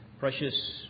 Precious